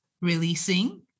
releasing